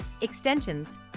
extensions